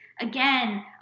again